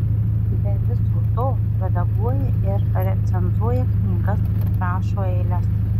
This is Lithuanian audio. be viso to redaguoja ir recenzuoja knygas rašo eiles